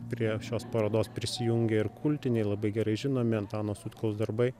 prie šios parodos prisijungia ir kultiniai labai gerai žinomi antano sutkaus darbai